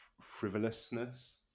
frivolousness